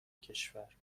کشور